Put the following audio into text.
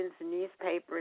newspapers